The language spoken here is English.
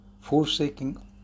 forsaking